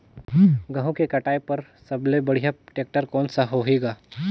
गहूं के कटाई पर सबले बढ़िया टेक्टर कोन सा होही ग?